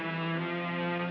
and